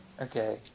Okay